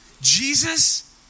Jesus